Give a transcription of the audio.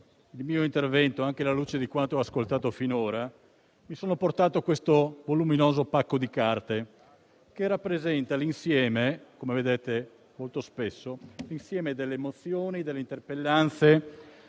il mio intervento, anche alla luce di quanto ascoltato finora, ho portato con me un voluminoso pacco di carte che rappresenta l'insieme - come vedete molto spesso - delle mozioni, delle interpellanze,